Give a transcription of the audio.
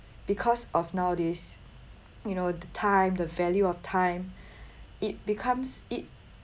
because of nowadays you know the time the value of time it becomes it